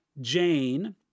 Jane